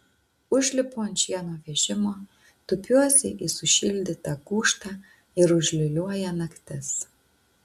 užlipu ant šieno vežimo tupiuosi į sušildytą gūžtą ir užliūliuoja naktis